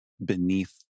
beneath